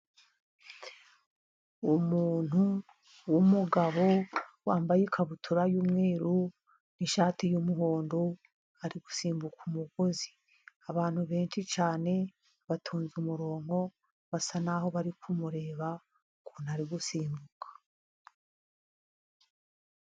Umuntu w'umugabo wambaye ikabutura y'umweru n'ishati y'umuhondo, ari gusimbuka umugozi. Abantu benshi cyane batonze umurongo, basa n'aho bari kumureba, ukuntu ari gusimbuka.